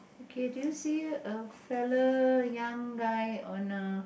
okay do you see a fellow young guy on a